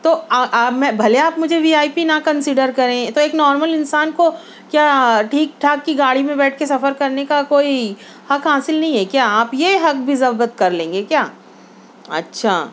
تو آپ میں بھلے آپ مجھے وی آئی پی نہ کنسیڈر کریں تو ایک نارمل انسان کو کیا ٹھیک ٹھاک کی گاڑی میں بیٹھ کے سفر کرنے کا کوئی حق حاصل نہیں ہے کیا آپ یہ حق بھی ضبط کر لیں گے کیا اچھا